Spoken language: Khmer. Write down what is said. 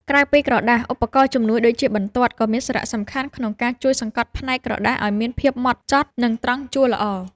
ក្រៅពីក្រដាស ឧបករណ៍ជំនួយដូចជាបន្ទាត់ ក៏មានសារៈសំខាន់ក្នុងការជួយសង្កត់ផ្នត់ក្រដាសឱ្យមានភាពហ្មត់ចត់ និងត្រង់ជួរល្អ។